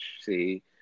See